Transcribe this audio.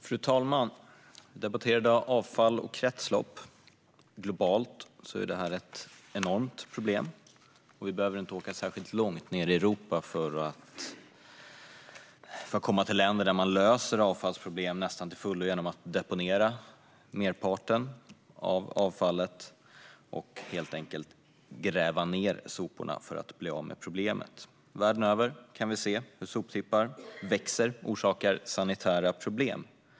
Fru talman! Vi debatterar i dag avfall och kretslopp. Globalt är detta ett enormt problem. Vi behöver inte åka särskilt långt ned i Europa för att komma till länder där man "löser" avfallsproblemen nästan till fullo genom att deponera merparten av avfallet. Man gräver helt enkelt ned soporna för att bli av med problemet. Världen över kan vi se hur soptippar växer och orsakar sanitära problem.